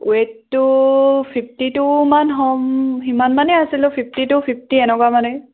ওৱেইটটো fifty two মান হম সিমান মানে আছিলোঁ ফিফ্টি টু ফিফ্টি এনেকুৱা মানে